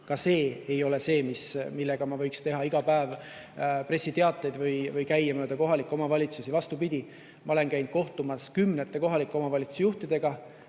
ka see ei ole see, mille kohta ma võiks teha iga päev pressiteateid või millega käia mööda kohalikke omavalitsusi. Vastupidi, ma olen käinud kohtumas kümnete kohalike omavalitsuste juhtidega,